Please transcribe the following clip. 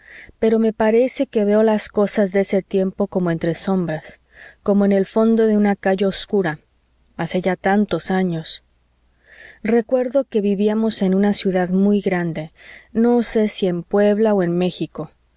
pero me parece que veo las cosas de ese tiempo como entre sombras como en el fondo de una calle obscura hace ya tantos años recuerdo que vivíamos en una ciudad muy grande no sé si en puebla o en méxico